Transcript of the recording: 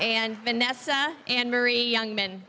and vanessa and marie young men